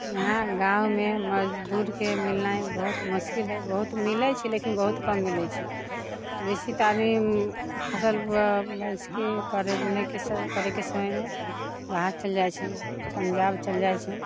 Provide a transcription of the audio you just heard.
इहाँ गाँवमे मजदूरके मिलनाइ बहुत मुश्किल हय बहुत मिलै छै लेकिन बहुत कम मिलै छै बेसी तऽ आदमी फसल करैके नहि करैके समयमे बाहर चलि जाइ छै पंजाब चलि जाइ छै